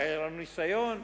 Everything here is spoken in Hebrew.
הרי היה לנו ניסיון.